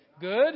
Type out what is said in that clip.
Good